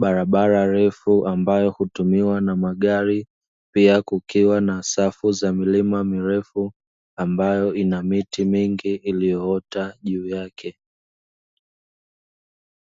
barabara ndefu ambazo Hutumiwa na magari pia kukiwa na safu za milima mirefu ambayo ina miti mingi iliyoota juu yake.